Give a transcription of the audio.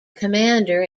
commander